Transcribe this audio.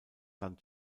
land